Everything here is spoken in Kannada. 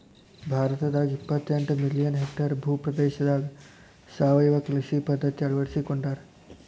ಭಾರತದಾಗ ಎಪ್ಪತೆಂಟ ಮಿಲಿಯನ್ ಹೆಕ್ಟೇರ್ ಭೂ ಪ್ರದೇಶದಾಗ ಸಾವಯವ ಕೃಷಿ ಪದ್ಧತಿ ಅಳ್ವಡಿಸಿಕೊಂಡಾರ